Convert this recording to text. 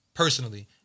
Personally